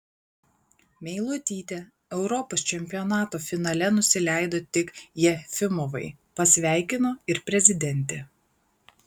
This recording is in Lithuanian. meilutytė europos čempionato finale nusileido tik jefimovai pasveikino ir prezidentė